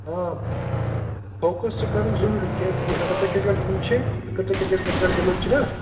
آ فوکَس چھُ کَرُن ضروٗری کیازِکہِ اگرژےٚ کرکٹ گِنٛدُن چھُے اگر ژےٚ کرکٹ گِنٛدُن چھُنا